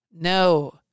No